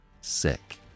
sick